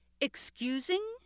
excusing